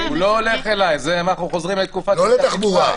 אנחנו חוזרים לתקופת -- לא לתחבורה.